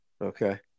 Okay